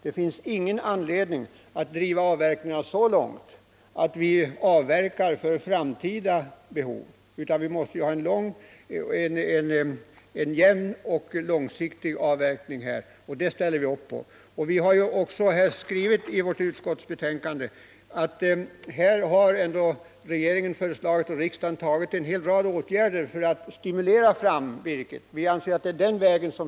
Det finns ingen anledning att avverka för framtida behov — vi måste ha en jämn och långsiktig avverkning. Och det ställer vi upp på. Vi har i betänkandet framhållit att regeringen har föreslagit och riksdagen bifallit en hel rad åtgärder för att stimulera fram virket.